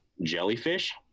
jellyfish